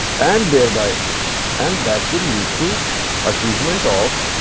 and thereby and that will lead to achievement of